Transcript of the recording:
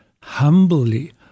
humbly